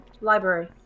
library